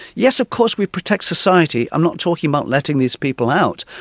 yes, of course we protect society i'm not talking about letting these people out,